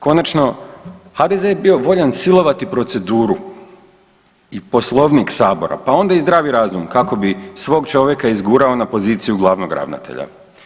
Konačno, HDZ je bio voljan silovati proceduru i Poslovnik Sabora pa onda i zdravi razum kako bi svog čovjeka izgurao na poziciju glavnog ravnatelja.